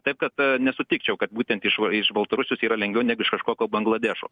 taip kad nesutikčiau kad būtent iš iš baltarusijos yra lengviau negu iš kažkokio bangladešo